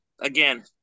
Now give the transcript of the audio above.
again